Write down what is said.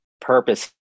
purpose